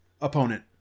opponent